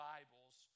Bibles